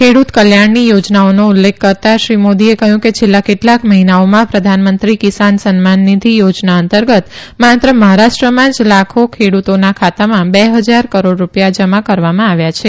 ખેડૂત કલ્યાણની યોજનાઓ ઉલ્લેખ કરતાં શ્રી મોદીએ કહ્યું કે છેલ્લાં કેટલાંક મહિનાઓમાં પ્રધાનમંત્રી કિસાન સન્માન નિધિ યોજના અંતર્ગત માત્ર મહારાષ્ટ્રમાં જ લાખો ખેડૂતોના ખાતામાં બે હજાર કરોડ રૂપિયા જમા કરવામાં આવ્યાં છે